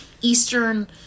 Eastern